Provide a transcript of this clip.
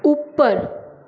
ऊपर